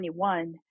2021